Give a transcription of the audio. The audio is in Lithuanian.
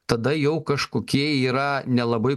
tada jau kažkokie yra nelabai